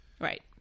right